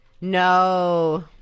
no